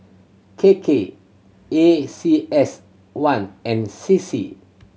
K K A C S one and C C